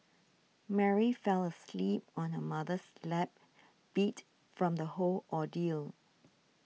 Mary fell asleep on her mother's lap beat from the whole ordeal